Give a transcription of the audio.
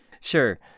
Sure